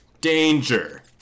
Danger